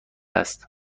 است